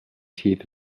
teeth